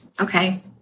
Okay